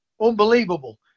unbelievable